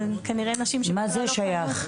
מה זה שייך?